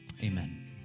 amen